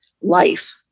life